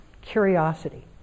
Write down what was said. curiosity